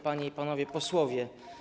Panie i Panowie Posłowie!